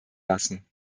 lassen